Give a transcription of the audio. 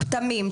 פטמים,